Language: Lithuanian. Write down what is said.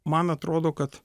man atrodo kad